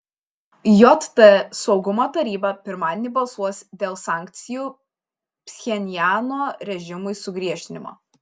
jt saugumo taryba pirmadienį balsuos dėl sankcijų pchenjano režimui sugriežtinimo